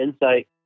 insight